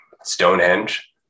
Stonehenge